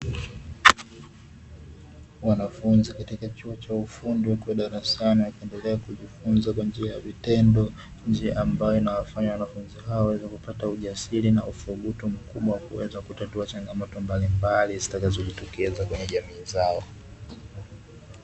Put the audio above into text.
Wanafunzi katika chuo cha ufundi wapo darasani wakiendelea kujifunzia kwa njia ya vitendo, njia ambayo inawafanya wanafunzi hao, waweze kupata ujasiri na uthubutu mkubwa wa kuweza kutatua changamoto mbalimbali zitakazojitokeza kwenye jamii zao.